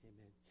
Amen